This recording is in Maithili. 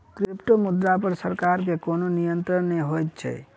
क्रिप्टोमुद्रा पर सरकार के कोनो नियंत्रण नै होइत छै